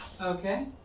Okay